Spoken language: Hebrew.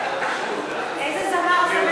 איזה זמר, זמרת?